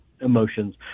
emotions